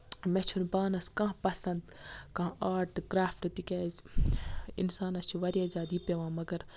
مےٚ چھُنہٕ پانَس کانہہ پَسند کانہہ آرٹ تہٕ کرافٹہٕ تِکیازِ اِنسانَس چھُ واریاہ زیادٕ یہِ پیوان مَگر